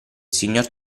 signor